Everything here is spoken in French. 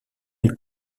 elle